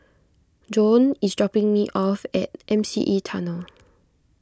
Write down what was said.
Joan is dropping me off at M C E Tunnel